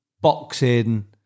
boxing